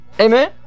Amen